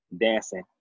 dancing